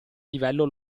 livello